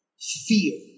fear